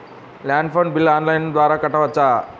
Land phone bill online ద్వారా కట్టుకోవచ్చు?